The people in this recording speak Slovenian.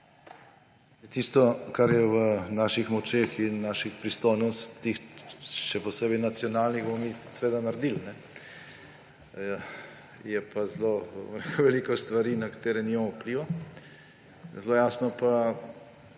Tisto, kar je v naših močeh in naših pristojnostih, še posebej nacionalnih, bomo mi seveda naredili. Je pa zelo veliko stvari, na katere nimamo vpliva. Zelo jasno pa